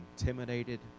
intimidated